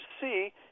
see